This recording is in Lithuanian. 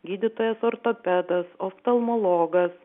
gydytojas ortopedas oftalmologas